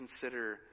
consider